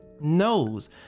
Knows